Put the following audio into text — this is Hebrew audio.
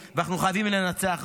ואנחנו חייבים לנצח בה,